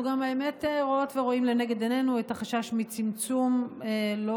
אנחנו גם רואים ורואות לנגד עינינו את החשש מצמצום לא